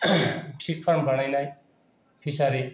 pre फार्म बानायनाय fishery